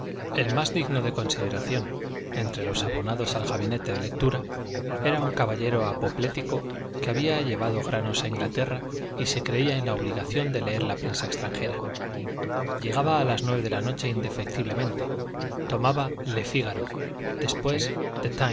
el más digno de consideración entre los abonados al gabinete de lectura era un caballero apoplético que había llevado granos a inglaterra y se creía en la obligación de leer la prensa extranjera llegaba a las nueve de la noche indefectiblemente tomaba le figaro después